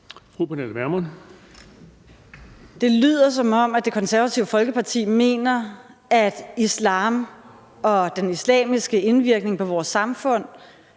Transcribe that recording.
Pernille Vermund (NB): Det lyder, som om Det Konservative Folkeparti mener, at islam og den islamiske indvirkning på vores samfund